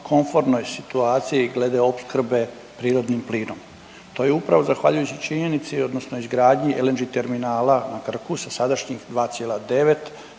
komfornoj situaciji glede opskrbe prirodnim plinom. To je upravo zahvaljujući činjenici odnosno izgradnji LNG terminala na Krku sa sadašnjih 2,9